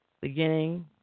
beginning